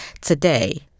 today